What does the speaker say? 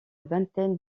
vingtaine